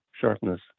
sharpness